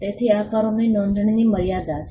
તેથી આકારોની નોંધણીની મર્યાદા છે